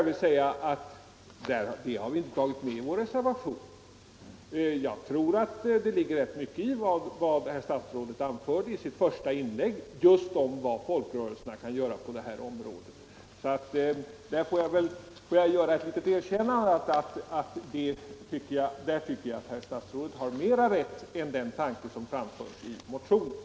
Den saken har vi inte berört i vår reservation. Jag tror att det ligger rätt mycket i vad herr statsrådet anförde i sitt första inlägg just om vad folkrörelserna kan göra på detta område. Låt mig erkänna att jag på den punkten tror att herr statsrådet har mera rätt än motionärerna.